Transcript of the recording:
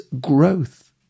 growth